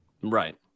Right